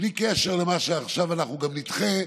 בלי קשר למה שעכשיו אנחנו גם נדחה,